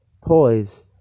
poise